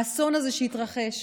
האסון הזה שהתרחש